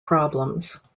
problems